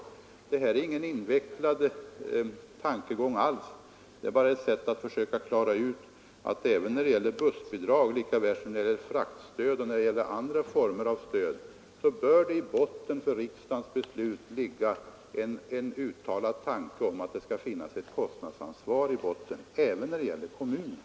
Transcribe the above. Det här är inte alls någon invecklad tankegång. Det är bara ett sätt att klara ut att det i fråga om bussbidrag — lika väl som i fråga om fraktstöd och andra stödformer — i botten för riksdagens beslut bör ligga en uttalad tanke om att det skall finnas ett kostnadsansvar även hos kommunerna.